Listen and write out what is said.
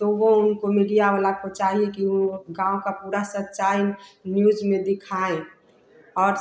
तो वे उनको मीडिया वालों को चाहिए कि वे गाँव की पूरी सच्चाई न्यूज़ में दिखाएँ और